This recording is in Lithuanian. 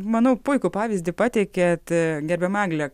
manau puikų pavyzdį pateikėt gerbiama egle